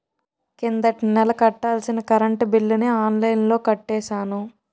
కిందటి నెల కట్టాల్సిన కరెంట్ బిల్లుని ఆన్లైన్లో కట్టేశాను